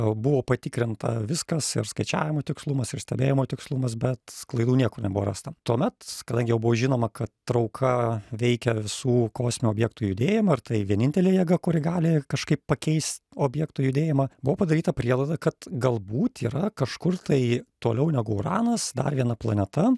buvo patikrinta viskas ir skaičiavimų tikslumas ir stebėjimo tikslumas bet klaidų niekur nebuvo rasta tuomet kadangi jau buvo žinoma kad trauka veikia visų kosminių objektų judėjimą ir tai vienintelė jėga kuri gali kažkaip pakeist objektų judėjimą buvo padaryta prielaida kad galbūt yra kažkur tai toliau negu uranas dar viena planeta